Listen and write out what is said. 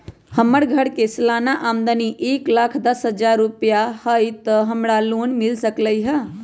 हमर घर के सालाना आमदनी एक लाख दस हजार रुपैया हाई त का हमरा लोन मिल सकलई ह?